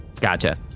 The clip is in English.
gotcha